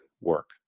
work